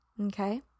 Okay